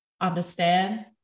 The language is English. understand